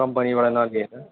कम्पनीबाट नकिनेर